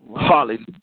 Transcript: Hallelujah